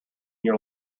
your